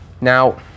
Now